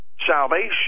salvation